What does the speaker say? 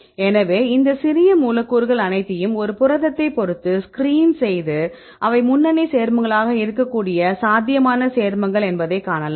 எனவே இந்த சிறிய மூலக்கூறுகள் அனைத்தையும் ஒரு புரதத்தைப் பொறுத்து ஸ்கிரீன் செய்து அவை முன்னணி சேர்மங்களாக இருக்கக்கூடிய சாத்தியமான சேர்மங்கள் என்பதை காணலாம்